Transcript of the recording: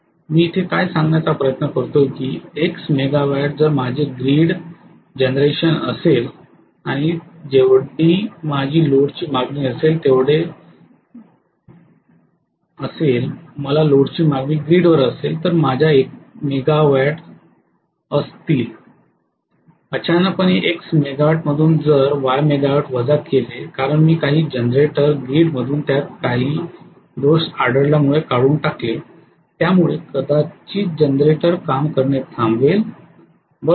मी इथे काय सांगण्याचा प्रयत्न करतोय की X मेगावॅट जर माझे ग्रिड जनरेशन असेल आणि मी हे लोड मागणीद्वारे नक्की करणार आहे तर माझ्याकडे एक मेगावॅट असतील अचानकपणे X मेगावॅट मधून जर Y मेगावॅट वजा केले कारण मी काही जनरेटर ग्रीड मधून त्यात काही दोष आढळल्यामुळे काढून टाकलेत त्यामुळे कदाचित जनरेटर काम करणे थांबवेल